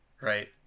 Right